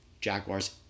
Jaguars